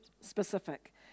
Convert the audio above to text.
specific